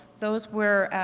those were